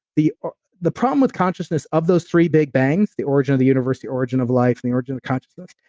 the the problem with consciousness of those three big bangs, the origin of the universe, the origin of life, the origin of consciousness.